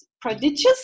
prodigious